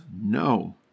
No